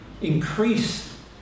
increase